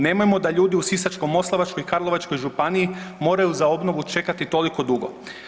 Nemojmo da ljudi u Sisačko-moslavačkoj i Karlovačkoj županiji moraju za obnovu čekati toliko dugo.